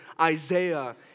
Isaiah